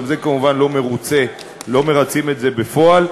גם זה, כמובן, לא מרצים את זה בפועל.